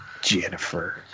Jennifer